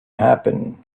happen